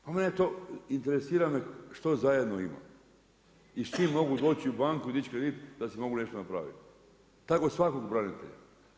Pa mene to, interesira me što zajedno imam i s čime mogu doći u banku i dići kredit da si mogu nešto napraviti, tako svakog branitelja.